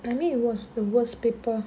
I mean it was the worst paper